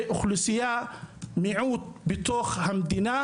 זה אוכלוסייה מיעוט בתוך המדינה,